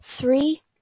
three